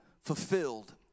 fulfilled